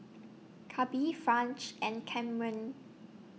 Clabe French and Kamren